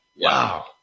wow